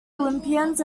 olympians